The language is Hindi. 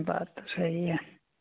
बात तो सही है